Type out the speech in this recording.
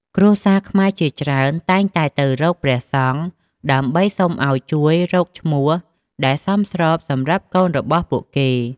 គ្រួសារខ្មែរជាច្រើនតែងតែទៅរកព្រះសង្ឃ ដើម្បីសុំឲ្យជួយរកឈ្មោះដែលសមស្របសម្រាប់កូនរបស់ពួកគេ។